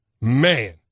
man